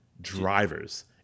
drivers